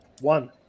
One